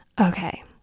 okay